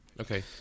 Okay